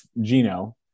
Gino